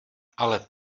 ale